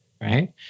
right